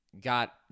got